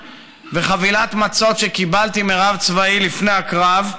וחבילת מצות שקיבלתי מרב צבאי לפני הקרב,